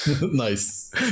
Nice